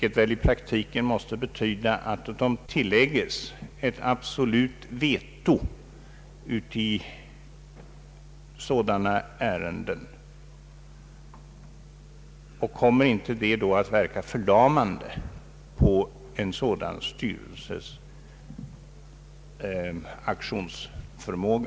Det måste i praktiken betyda att de tillägges ett absolut veto i sådana ärenden. Kommer det inte att verka förlamande på en sådan styrelses aktionsförmåga?